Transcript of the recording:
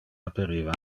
aperiva